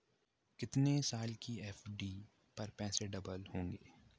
कितने साल की एफ.डी पर पैसे डबल होंगे?